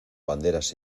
banderas